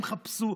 הם חיפשו.